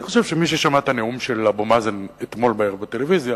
אני חושב שמי ששמע את הנאום של אבו מאזן אתמול בערב בטלוויזיה